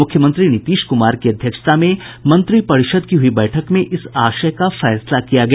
मुख्यमंत्री नीतीश कुमार की अध्यक्षता में मंत्रिपरिषद की हुई बैठक में इस आशय का फैसला किया गया